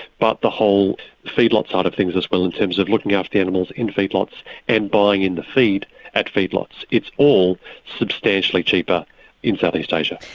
but the whole feedlot side of things as well, in terms of looking after the animals in feedlots and buying in the feed at feedlots. it's all substantially cheaper in south east asia.